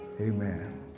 Amen